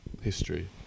history